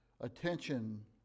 attention